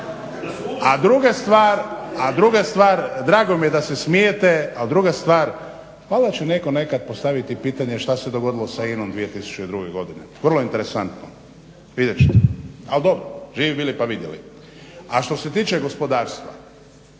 a druga stvar drago mi je da se smijete, a druga stvar valjda će netko nekada postaviti pitanje šta se dogodilo sa INA-om 2002.godine, vrlo interesantno vidjet ćete. Ali dobro živi bili pa vidjeli. A što se tiče gospodarstva